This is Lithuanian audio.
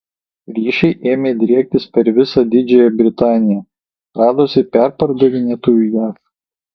ryšiai ėmė driektis per visą didžiąją britaniją radosi perpardavinėtojų jav